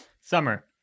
Summer